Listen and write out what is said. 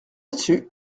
dessus